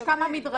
יש כמה מדרגים.